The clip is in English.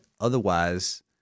otherwise